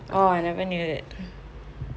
orh I never knew that